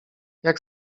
jak